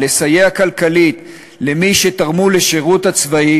לסייע כלכלית למי שתרמו לשירות הצבאי